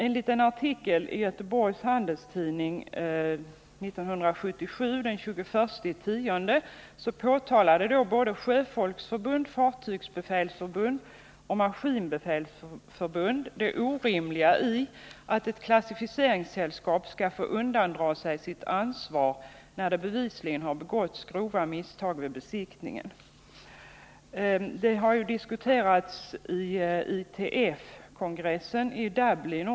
Enligt en artikel i Göteborgs Handelsoch Sjöfarts-Tidning den 21 oktober 1977 påtalar Sjöfolksförbundet, Fartygsbefälsföreningen och Maskinbefälsförbundet det orimliga i att ett klassificeringssällskap skall få undandra sig sitt ansvar, när det bevisligen har begåtts grova misstag vid besiktningen. Denna fråga diskuterades också på ITF-kongressen i Dublin.